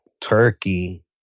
turkey